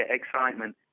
excitement